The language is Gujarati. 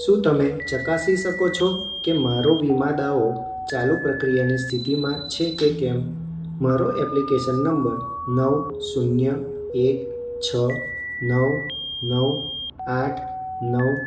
શું તમે ચકાસી શકો છો કે મારો વીમા દાવો ચાલુ પ્રક્રિયાની સ્થિતિમાં છે કે કેમ મારો એપ્લિકેસન નંબર નવ શૂન્ય એક છ નવ નવ આઠ નવ